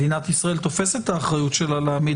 מדינת ישראל תופסת את האחריות שלה להעמיד